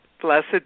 Blessed